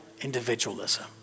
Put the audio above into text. individualism